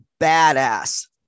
badass